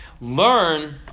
Learn